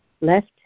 left